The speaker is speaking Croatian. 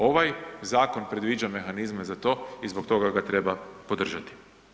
Ovaj zakon predviđa mehanizme za to i zbog toga ga treba podržati.